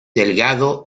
delgado